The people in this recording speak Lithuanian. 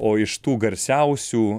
o iš tų garsiausių